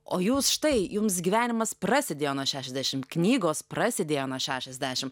o jūs štai jums gyvenimas prasidėjo nuo šešiasdešimt knygos prasidėjo nuo šešiasdešim